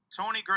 Tony